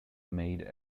made